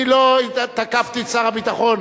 אני לא תקפתי את שר הביטחון,